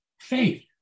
faith